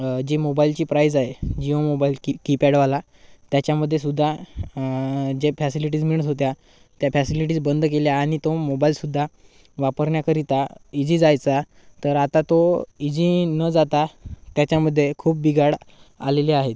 जी मोबाईलची प्राईज आहे जिओ मोबाईल की की पॅडवाला त्याच्यामध्ये सुद्धा जे फॅसिलिटीज मिळत होत्या त्या फॅसिलिटीज बंद केल्या आणि तो मोबाईलसुद्धा वापरण्या्याकरिता इजी जायचा तर आता तो इजी न जाता त्याच्यामध्ये खूप बिघाड आलेले आहेत